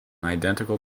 identical